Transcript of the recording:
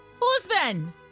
Husband